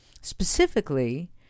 Specifically